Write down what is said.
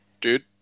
dude